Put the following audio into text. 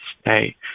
stay